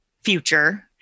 future